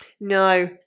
No